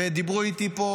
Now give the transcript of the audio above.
דיברו איתי פה,